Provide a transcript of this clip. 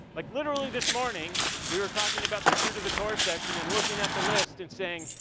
like literally this morning we were talking about the true to the core session and looking at the list and saying,